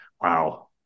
Wow